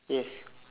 yes